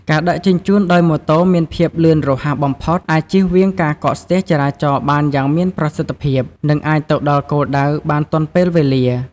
ការដឹកជញ្ជូនដោយម៉ូតូមានភាពលឿនរហ័សបំផុត អាចជៀសវាងការកកស្ទះចរាចរណ៍បានយ៉ាងមានប្រសិទ្ធភាព និងអាចទៅដល់គោលដៅបានទាន់ពេលវេលា។